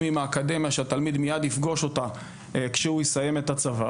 עם האקדמיה שהתלמיד יפגוש אותה מיד כשהוא יסיים את הצבא,